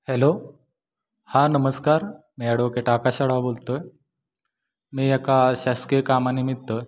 hello हां नमस्कार मी ॲडवोकेट आकाश आढाव बोलतो आहे मी एका शासकीय कामानिमित्त